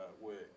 work